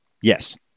Yes